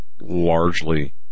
largely